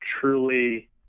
truly